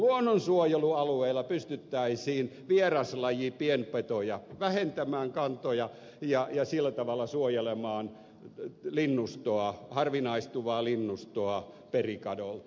luonnonsuojelualueilla pystyttäisiin vieraslajipienpetojen kantoja vähentämään ja sillä tavalla suojelemaan linnustoa harvinaistuvaa linnustoa perikadolta